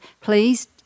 please